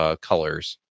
colors